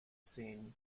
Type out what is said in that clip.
seen